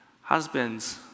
husbands